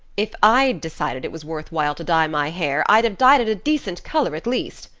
if i'd decided it was worth while to dye my hair i'd have dyed it a decent color at least.